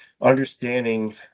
understanding